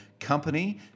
company